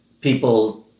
people